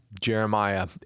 Jeremiah